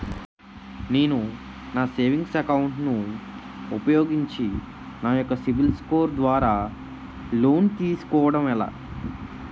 నేను నా savings account ను ఉపయోగించి నా యెక్క సిబిల్ స్కోర్ ద్వారా లోన్తీ సుకోవడం ఎలా?